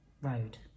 road